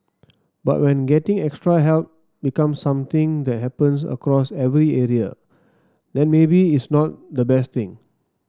but when getting extra help becomes something that happens across every area then maybe it's not the best thing